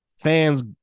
fans